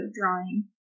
drawing